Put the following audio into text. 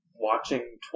watching